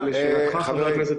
אז לשאלות חבר הכנסת